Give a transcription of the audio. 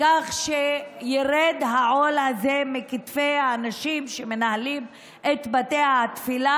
כך שירד העול הזה מכתפי האנשים שמנהלים את בתי התפילה